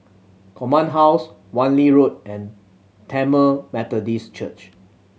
Command House Wan Lee Road and Tamil Methodist Church